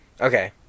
Okay